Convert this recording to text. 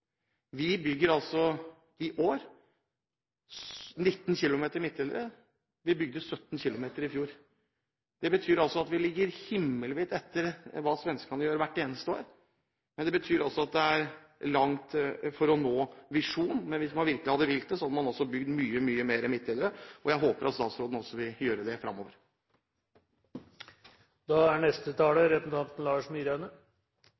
Vi bygger i år 19 km midtdelere – vi bygde 17 km i fjor. Det betyr at vi ligger himmelvidt etter det svenskene gjør hvert eneste år, men det betyr også at det er langt fram til vi når visjonen. Men hvis man virkelig hadde villet det, hadde man også bygd flere midtdelere, og jeg håper at statsråden vil gjøre det fremover. Trafikksikkerhet er